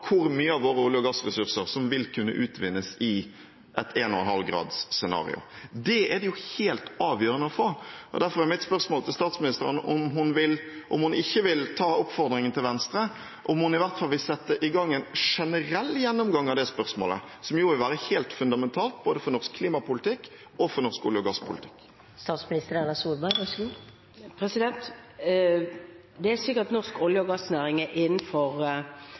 hvor mye av våre olje- og gassressurser som vil kunne utvinnes i et 1,5-gradersscenario. Det er det helt avgjørende å få, og derfor er mitt spørsmål til statsministeren – om hun ikke vil ta oppfordringen til Venstre – om hun i hvert fall vil sette i gang en generell gjennomgang av det spørsmålet, som vil være helt fundamentalt både for norsk klimapolitikk og for norsk olje- og gasspolitikk. Det er slik at norsk olje- og gassnæring er innenfor kvotesystemet i EU, og